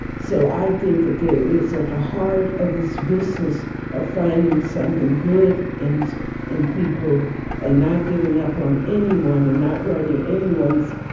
so i think that there is, at the heart of this business of finding something good in in people and not giving up on anyone and not writing anyone's